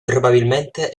probabilmente